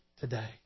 today